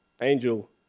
angel